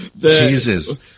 Jesus